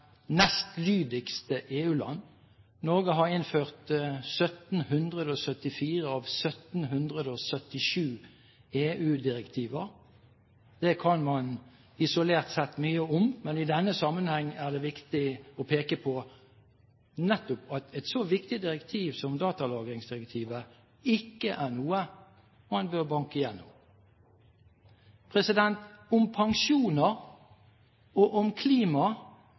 nest mest lydige EU-land, Norge har innført 1 774 av 1 777 EU-direktiver. Det kan man isolert sett si mye om, men i denne sammenheng er det viktig nettopp å peke på at et så viktig direktiv som datalagringsdirektivet ikke er noe man bør banke gjennom. Om pensjoner og om